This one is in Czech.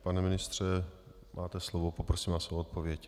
Pane ministře, máte slovo, poprosím vás o odpověď.